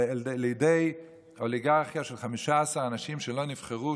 לידי אוליגרכיה של 15 אנשים שלא נבחרו,